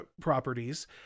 properties